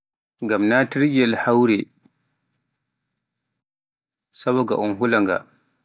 ngam natirgel hawre saboga un hula nga.